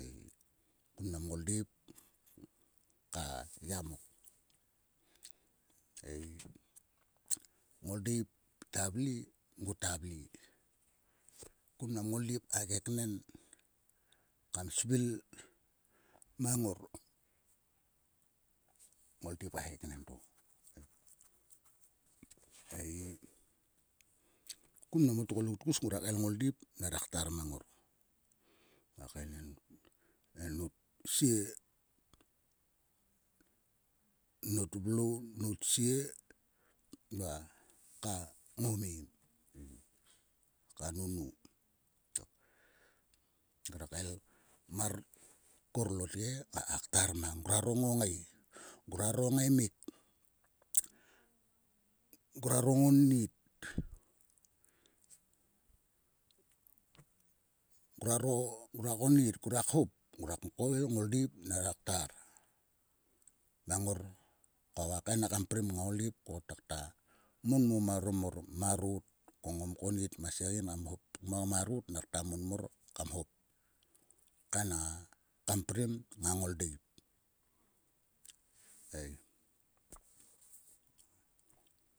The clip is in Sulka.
Ei kun nam ngoldeip ka yamok. Ei. Ngoldeip ta vle ngota vle. Kun nam ngoldeip ka keknen kam svil mang ngor. Ngoldeip ka keknen to. Ei. kun mo tgoluk tgus ngruak kael ngoldeip nera ktar mang ngor. Muak kaenen e nut sie. Nut vlou. Nut sie va ka ngoumim. Ka nunu. tok. Ngorak kael mar korlotge ngaka ktar mang ngruaro ngongai. ngruaro ngaemik. ngruaro ngonnit. ngruaro. Ngruak konnit ngorak hop. Ngorak kael ngoldeip nera ktar ngang ngor ko nguak kaen a kanprim ngang ngoldeip ko takta mon mor ma marot ko ngom konit ma segein kam hop. Ngmo marot ner kta mon kam hop. Kain a kanprim ngang ngoldeip. ei.